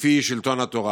לפי שלטון התורה,